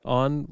on